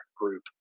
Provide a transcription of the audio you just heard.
group